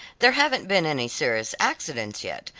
there haven't been any serious accidents yet,